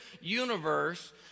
universe